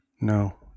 No